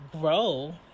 grow